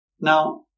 Now